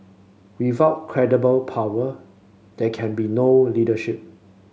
without credible power there can be no leadership